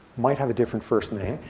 might have a different first name.